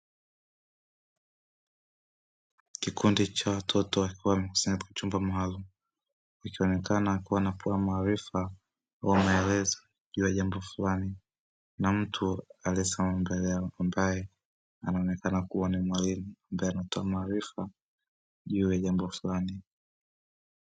Kikundi cha watoto wakiwa wamekusanywa kwenye chumba maalumu, ikionekana wanapewa maarifa na maelezo juu ya jambo fulani, na mtu aliyesimama mbele yao ambaye anaonekana kuwa ni mwalimu, ambaye anatoa maarifa juu ya jambo fulani.